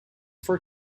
for